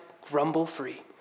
grumble-free